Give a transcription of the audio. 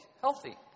healthy